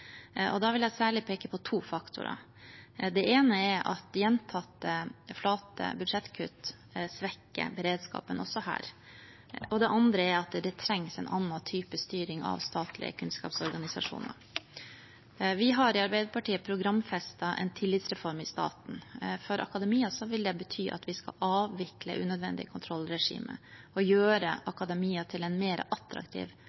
Da vil jeg særlig peke på to faktorer. Det ene er at gjentatte, flate budsjettkutt svekker beredskapen også her, og det andre er at det trengs en annen type styring av statlige kunnskapsorganisasjoner. Vi har i Arbeiderpartiet programfestet en tillitsreform i staten. For akademia vil det bety at vi skal avvikle unødvendige kontrollregimer og gjøre